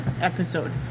episode